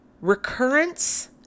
Recurrence